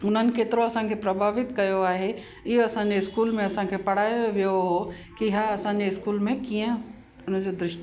उन्हनि केतिरो असांखे प्रभावित कयो आहे इहो असांजे स्कूल में असांखे पढ़ायो वियो हो की हां असांजे स्कूल में कीअं उनजो दुश